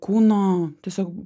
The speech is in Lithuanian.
kūno tiesiog